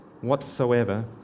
whatsoever